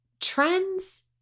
trends